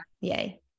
yay